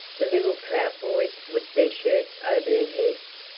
the little trout boys whipped their shirts over their heads,